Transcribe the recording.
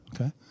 Okay